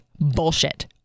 bullshit